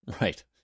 Right